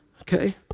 Okay